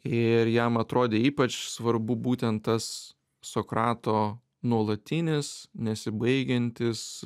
ir jam atrodė ypač svarbu būtent tas sokrato nuolatinis nesibaigiantis